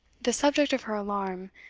the subject of her alarm,